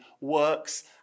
works